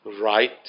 right